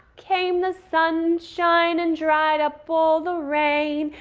came the sunshine and dried up all the rain.